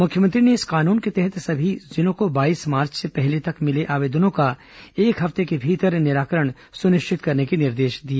मुख्यमंत्री ने इस कानून के तहत सभी जिलों को बाईस मार्च से पहले तक मिले आवेदनों का एक हफ्ते के भीतर निराकरण सुनिश्चित करने के निर्देश दिए